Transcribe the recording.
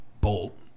bolt